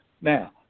Now